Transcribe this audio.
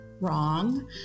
wrong